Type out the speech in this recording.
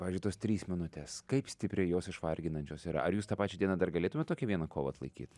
pavyzdžiui tos trys minutės kaip stipriai jos išvarginančios yra ar jūs tą pačią dieną dar galėtumėt tokią vieną kovą atlaikyt